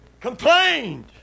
complained